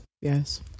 Yes